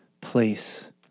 place